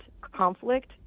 conflict